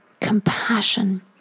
compassion